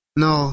no